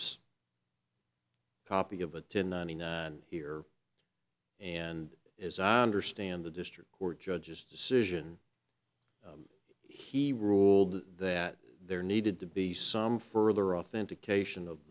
this copy of a ten ninety nine here and as i understand the district court judge's decision he ruled that there needed to be some further authentication of